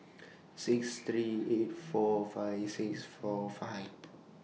six three eight four five six four five